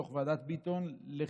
את דוח ועדת ביטון לחיזוק